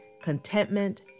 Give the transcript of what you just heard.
Contentment